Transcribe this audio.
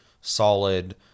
solid